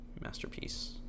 masterpiece